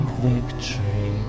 victory